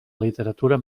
literatura